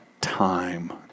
time